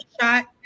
shot